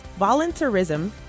volunteerism